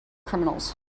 criminals